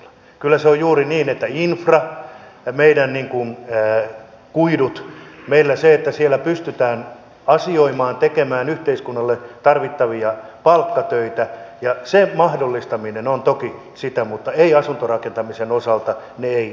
kyllä se on juuri niin että infra kuidut meillä sen mahdollistaminen että siellä pystytään asioimaan tekemään yhteiskunnalle tarvittavia palkkatöitä on toki sitä mutta asuntorakentamisen tukeminen ei ole